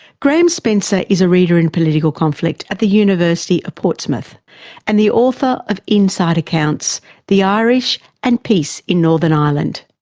graham spencer is a reader in political conflict at the university of portsmouth and the author of inside accounts the irish and peace in northern ireland.